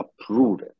approved